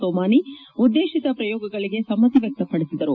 ಸೋಮಾನಿ ಉದ್ದೇಶಿತ ಪ್ರಯೋಗಗಳಿಗೆ ಸಮ್ಮತಿ ವ್ಯಕ್ತಪಡಿಸಿದರು